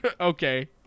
Okay